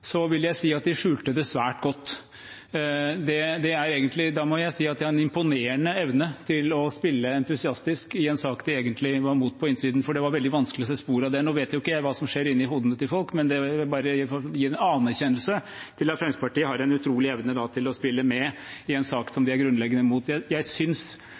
vil jeg si at de skjulte det svært godt. Da må jeg si at de har en imponerende evne til å spille entusiastisk i en sak de egentlig var imot på innsiden, for det var veldig vanskelig å se spor av det. Nå vet ikke jeg hva som skjer inne i hodene til folk, men jeg bare vil gi en anerkjennelse til at Fremskrittspartiet da har en utrolig evne til å spille med i en sak som de grunnleggende er imot. Jeg synes